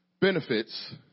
benefits